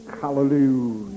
Hallelujah